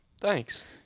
Thanks